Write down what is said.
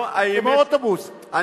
כמו אוטובוס,